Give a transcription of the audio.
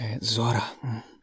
Zora